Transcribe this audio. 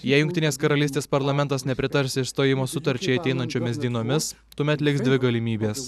jei jungtinės karalystės parlamentas nepritars išstojimo sutarčiai ateinančiomis dienomis tuomet liks dvi galimybės